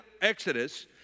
Exodus